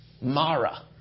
Mara